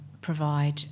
provide